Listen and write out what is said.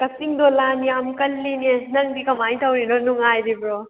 ꯀꯛꯆꯤꯡꯗꯣ ꯂꯥꯟ ꯌꯥꯝ ꯀꯜꯂꯤꯅꯦ ꯅꯪꯗꯤ ꯀꯃꯥꯏꯅ ꯇꯧꯔꯤꯅꯣ ꯅꯨꯡꯉꯥꯏꯔꯤꯕ꯭ꯔꯣ